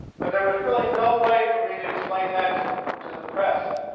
but there was really no way for me to explain that to the to the press.